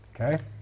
Okay